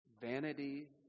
Vanity